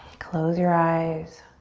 close your eyes.